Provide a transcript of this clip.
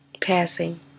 passing